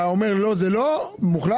אתה אומר לא, זה לא מוחלט?